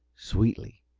sweetly,